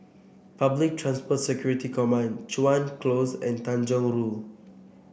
Public Transport Security Command Chuan Close and Tanjong Rhu